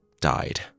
died